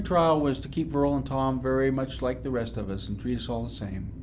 trial was to keep virl and tom very much like the rest of us and treat us all the same.